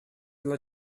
dla